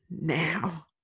now